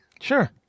Sure